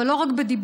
אבל לא רק בדיבורים,